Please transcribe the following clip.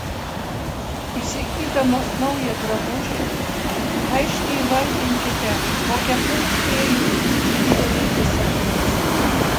prieš įsigydamos naują drabužį aiškiai įvardinkite kokią funkciją jūsų spintoje jis atliks